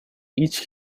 each